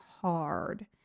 hard